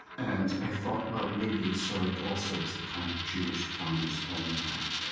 and i thought, well, maybe it served also as a kind of jewish farmer's almanac.